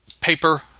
paper